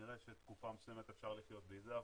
כנראה שתקופה מסוימת אפשר לחיות בלי זה,